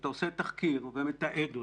אתה עושה תחקיר ומתעד אותו,